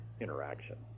interaction